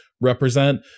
represent